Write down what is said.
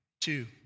two